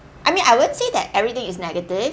I mean I wont say that everything is negative